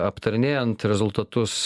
aptarinėjant rezultatus